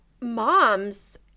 moms